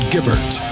Gibbert